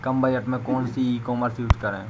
कम budget में कौन सी ई कॉमर्स यूज़ करें?